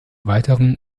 weiteren